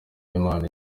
uwimana